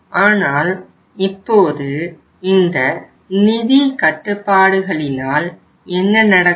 ஆனால் இப்போது இந்த நிதி கட்டுப்பாடுகளினால் என்ன நடக்கும்